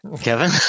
Kevin